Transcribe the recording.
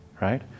right